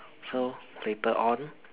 so later on